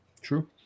true